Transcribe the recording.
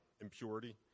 impurity